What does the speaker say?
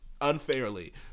unfairly